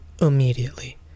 immediately